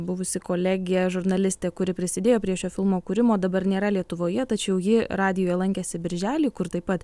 buvusi kolegė žurnalistė kuri prisidėjo prie šio filmo kūrimo dabar nėra lietuvoje tačiau ji radijuj lankėsi birželį kur taip pat